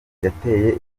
yateye